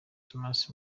thomas